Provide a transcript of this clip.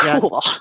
cool